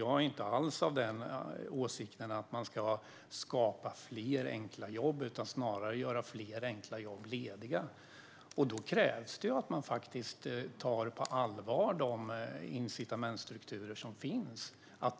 Jag är inte alls av åsikten att man ska skapa fler enkla jobb, utan snarare att man ska göra fler enkla jobb lediga. Då krävs det att man tar de incitamentsstrukturer som finns på allvar.